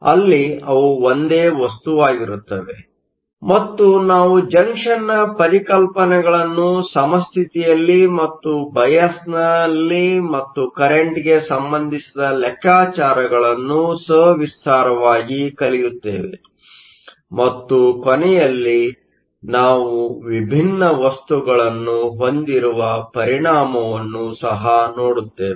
ಅಲ್ಲಿ ಅವು ಒಂದೇ ವಸ್ತುವಾಗಿರುತ್ತವೆ ಮತ್ತು ನಾವು ಜಂಕ್ಷನ್ನ ಪರಿಕಲ್ಪನೆಗಳನ್ನು ಸಮಸ್ಥಿತಿಯಲ್ಲಿ ಮತ್ತು ಬಯಾಸ್ನಲ್ಲಿ ಮತ್ತು ಕರೆಂಟ್ಗೆ ಸಂಬಂಧಿಸಿದ ಲೆಕ್ಕಾಚಾರಗಳನ್ನು ಸವಿಸ್ತಾರವಾಗಿ ಕಲಿಯುತ್ತೇವೆ ಮತ್ತು ಕೊನೆಯಲ್ಲಿ ನಾವು ವಿಭಿನ್ನ ವಸ್ತುಗಳನ್ನು ಹೊಂದಿರುವ ಪರಿಣಾಮವನ್ನು ಸಹ ನೋಡುತ್ತೇವೆ